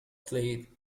play